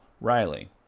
Riley